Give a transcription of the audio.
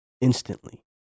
instantly